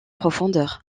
profondeur